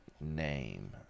name